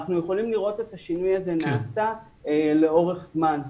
אנחנו יכולים לראות את השינוי הזה נעשה לאורך זמן.